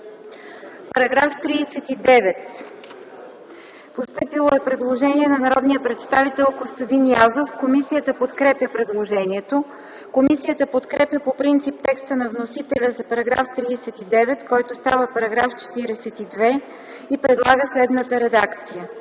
Параграф 39. Постъпило е предложение на народния представител Костадин Язов. Комисията подкрепя предложението. Комисията подкрепя по принцип текста на вносителя за § 39, който става § 42 и предлага следната редакция: